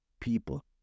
people